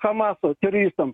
hamaso teoristam